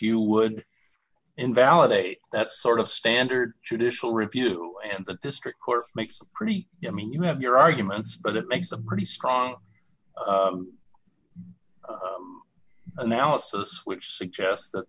you would invalidate that's sort of standard judicial review and the district court makes pretty mean you have your arguments but it makes a pretty strong analysis which suggests that